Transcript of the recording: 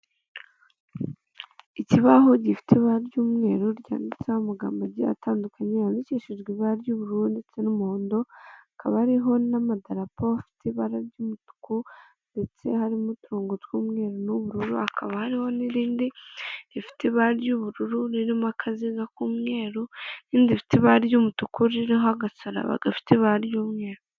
Ikibaho gifite ibara ry'umweru ryanditseho amagambo agiye atandukanye yandikishijwe ibara ry'ubururu ndetse n'umuhondo, akaba ariho n'amadarapo afite ibara ry'umutuku ndetse harimo uturongo tw'umweru n'ubururu, hakaba hariho n'irindi rifite ibara ry'ubururu ririho akazi k'umweru n'indi rifite ibara ry'umutuku ririho agasaraba gafite ibara ry'umweru.